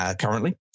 currently